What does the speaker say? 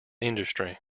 industry